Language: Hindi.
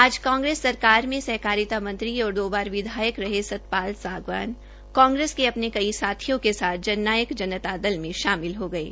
आज कांगेस सरकार ने सहकारिता मंत्री और दो बार रहे सतपाल सांगवान कांग्रेस के अपने साथियों के साथ जन नायक जनता दल में शामिल हो गये